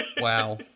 Wow